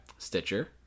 Stitcher